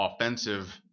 offensive